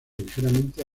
ligeramente